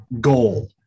goal